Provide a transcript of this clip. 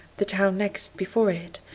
the town next before it,